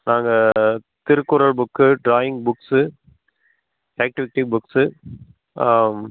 நாங்கள் Thirukkural book drawing books activity books